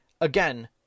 again